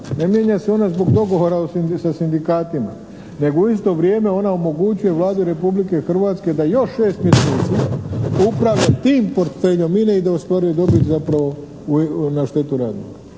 Ne mijenja se ona zbog dogovora sa sindikatima nego u isto vrijeme ona omogućuje Vladi Republike Hrvatske da još šest mjeseci upravlja tim portfeljom INA-e i da ostvaruje dobit zapravo na štetu radnika.